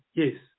yes